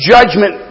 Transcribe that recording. Judgment